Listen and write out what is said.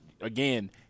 again